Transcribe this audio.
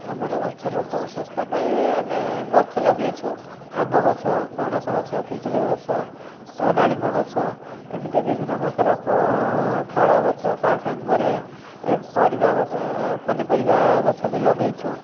ଆମର ଗଛର ଉତ୍ତମ ସ୍ୱାସ୍ଥ୍ୟ ପାଇଁ ଆମେ ଗଛ ଲଗେଇଛୁଁ ଆମ୍ବ ଗଛ ପଣସ ଗଛ ପିଜୁଳି ଗଛ ତ ଡାଳିମ୍ବ ଗଛ ଏମିତି ବିଭିନ୍ନ ପ୍ରକାର ଫଳ ଗଛ ତା ସାଙ୍ଗରେ ପରିବା ଗଛ ପନିପରିବା ଗଛ ବି ଲଗାଇଛୁ